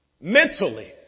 mentally